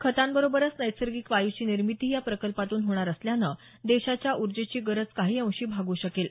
खतांबरोबरच नैसर्गिक वायूची निर्मितीही या प्रकल्पातून होणार असल्यानं देशाच्या ऊर्जेची गरज काही अंशी भागू शकेल